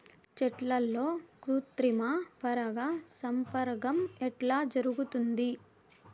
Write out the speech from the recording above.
చెట్లల్లో కృత్రిమ పరాగ సంపర్కం ఎట్లా జరుగుతుంది?